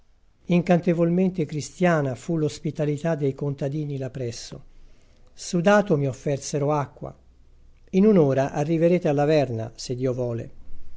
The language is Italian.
cupa incantevolmente cristiana fu l'ospitalità dei contadini là presso sudato mi offersero acqua in un'ora arriverete alla verna se dio vole